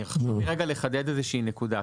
רגע לחדד איזושהי נקודה,